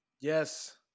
Yes